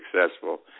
successful